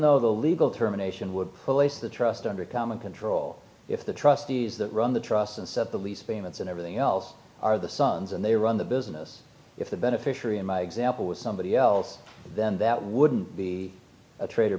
though the legal terminations would place the trust under common control if the trustees that run the trusts and set the lease agreements and everything else are the sons and they run the business if the beneficiary in my example was somebody else then that wouldn't be a tra